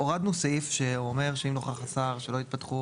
הורדנו סעיף שאומר שאם נוכח השר שלא התפתחו